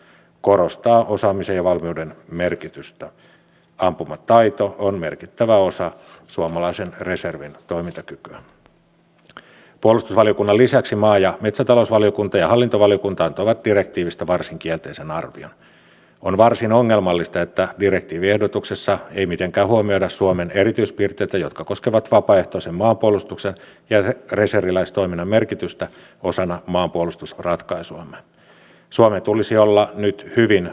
se on ollut esillä myöskin eu lainsäädännön arvioinnissa ja haluaisinkin tietää onko aloite tullut nyt enemmänkin sieltä eu lainsäädännön puolelta ja millä tavalla tätä asiaa on tarkoitus viedä eteenpäin ja tulemmeko huomioimaan näissä myöskin sekä eu taustaista direktiivitaustaista lainsäädäntöä ja sen valmistelua kuin myöskin sitten kansallisista tarpeista lähtevää valmistelua